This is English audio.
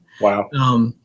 Wow